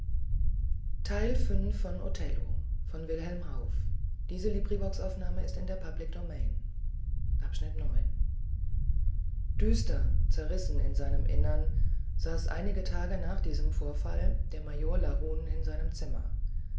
düster zerrissen in seinem innern saß einige tage nach diesem vorfall der major larun in seinem zimmer